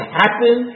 happen